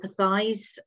empathise